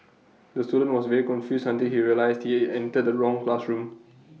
the student was very confused until he realised he entered the wrong classroom